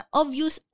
obvious